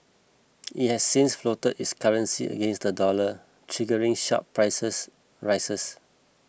it has since floated its currency against the dollar triggering sharp prices rises